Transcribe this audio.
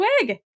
wig